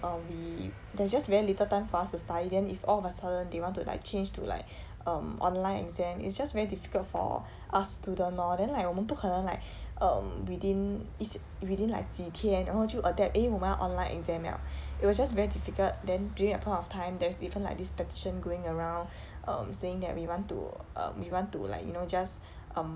um we there's just very little time for us to study then if all of a sudden they want to like change to like um online exam it's just very difficult for us student lor then like 我们不可能 like um within 一些 within like 几天然后就 like adapt eh 我们要 online exam 了 it was just very difficult then during that point of time there's even like this petition going around um saying that we want to um we want to like you know just um